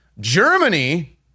Germany